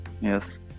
yes